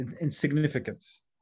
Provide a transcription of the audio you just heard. insignificance